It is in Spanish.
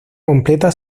completa